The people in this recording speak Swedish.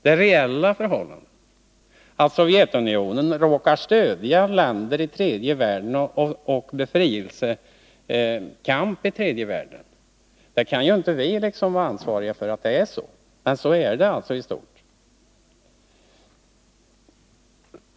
Det reella förhållandet att Sovjetunionen råkar stödja vissa länder i tredje världen och befrielsekamp i tredje världen kan inte vi vara ansvariga för.